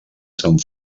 sant